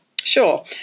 Sure